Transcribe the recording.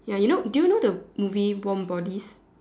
ya you know do you know the movie warm bodies